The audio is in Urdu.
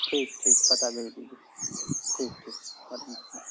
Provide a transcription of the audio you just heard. ٹھیک ٹھیک پتا بھیج دیجیے ٹھیک ٹھیک وعلیکم السلام